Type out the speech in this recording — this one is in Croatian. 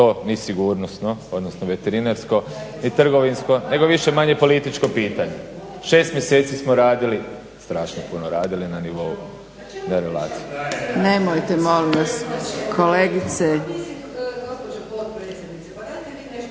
to ni sigurnosno, odnosno veterinarsko ni trgovinsko nego više manje političko pitanje. Šest mjeseci smo radili, strašno puno radili na nivou na relaciji. …/Upadica se ne